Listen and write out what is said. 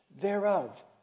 thereof